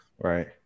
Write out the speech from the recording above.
right